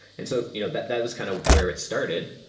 and so you know that that was kind of where it started.